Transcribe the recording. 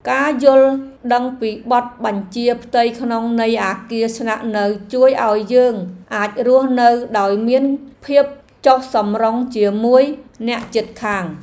ការយល់ដឹងពីបទបញ្ជាផ្ទៃក្នុងនៃអគារស្នាក់នៅជួយឱ្យយើងអាចរស់នៅដោយមានភាពចុះសម្រុងជាមួយអ្នកជិតខាង។